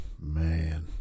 Man